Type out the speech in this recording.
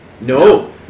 No